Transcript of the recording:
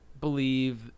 believe